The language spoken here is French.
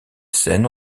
scènes